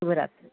शुभरात्रिः